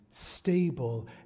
stable